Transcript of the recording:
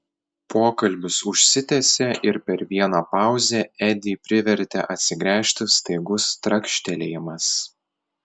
pokalbis užsitęsė ir per vieną pauzę edį privertė atsigręžti staigus trakštelėjimas